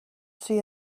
see